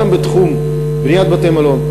גם בתחום בניית בתי-מלון,